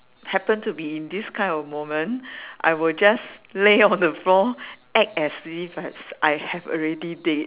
happen to be in this kind of moment I would just lay on the floor act as if I had I have already dead